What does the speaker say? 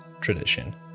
tradition